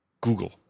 Google